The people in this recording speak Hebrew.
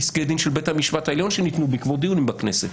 פסקי דין של בית המשפט העליון שניתנו בעקבות דיונים בכנסת.